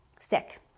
sick